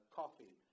coffee